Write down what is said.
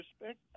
respect